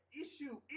issue